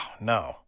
no